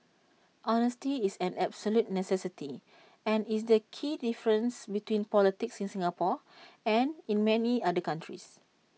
honesty is an absolute necessity and is the key difference between politics in Singapore and in many other countries